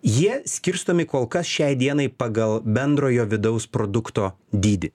jie skirstomi kol kas šiai dienai pagal bendrojo vidaus produkto dydį